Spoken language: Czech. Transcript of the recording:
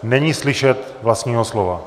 Není slyšet vlastního slova.